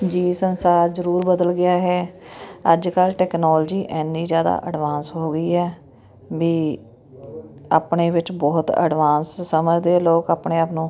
ਜੀ ਸੰਸਾਰ ਜ਼ਰੂਰ ਬਦਲ ਗਿਆ ਹੈ ਅੱਜ ਕੱਲ੍ਹ ਟੈਕਨੋਲੋਜੀ ਇੰਨੀ ਜ਼ਿਆਦਾ ਐਡਵਾਂਸ ਹੋ ਗਈ ਹੈ ਵੀ ਆਪਣੇ ਵਿੱਚ ਬਹੁਤ ਐਡਵਾਂਸ ਸਮਝਦੇ ਲੋਕ ਆਪਣੇ ਆਪ ਨੂੰ